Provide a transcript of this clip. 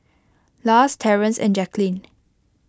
Lars Terrance and Jacqueline